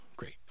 great